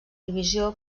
divisió